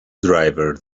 driver